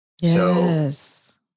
Yes